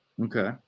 Okay